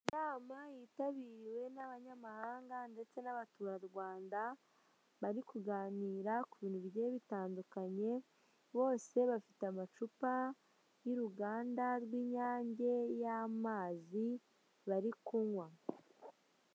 Inama yitabiriwe n'abanyamahanga ndetse n'abaturarwanda, bari kuganira ku bintu bigiye bitandukanye bose bafite amacupa y'uruganda rw'inyange y'amazi bari kunywa.